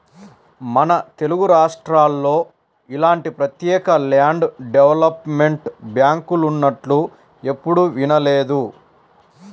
మన తెలుగురాష్ట్రాల్లో ఇలాంటి ప్రత్యేక ల్యాండ్ డెవలప్మెంట్ బ్యాంకులున్నట్లు ఎప్పుడూ వినలేదు